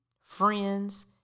friends